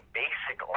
basic